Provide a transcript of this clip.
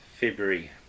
February